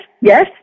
yes